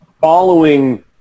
following